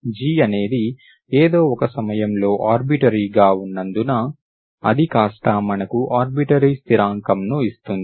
g అనేది ఏదో ఒక సమయంలో ఆర్బిటరీగా ఉన్నందున అది కాస్తా మనకు ఆర్బిటరీ స్థిరాంకం ను ఇస్తుంది